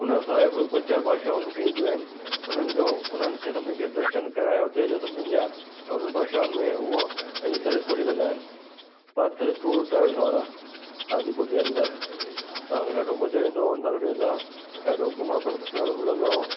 उनसां ब ॿ चारि भाषाऊं उन्हनि खे ईंदियूं आहिनि उन्हनि जो उन्हनि खे सभिनी खे दर्शन कराए उते जो सभिनी जा उन भाषाऊंनि में हूअ पंहिंजी सर्विस पूरी कंदा आहिनि पथ टूर ट्रेवल्स वारा आदिपुर जे अंदरि तांखे ॾाढो मजो ईंदो उनसां गॾ वेंदा ॾाढो सुठो घुमण फ़िरण मिलंदो